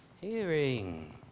hearing